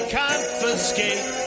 confiscate